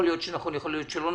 יכול להיות שנכון ויכול להיות שלא.